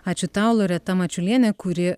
ačiū tau loreta mačiulienė kuri